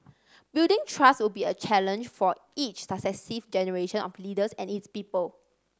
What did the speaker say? building trust would be a challenge for each successive generation of leaders and its people